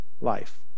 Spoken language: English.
life